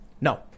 No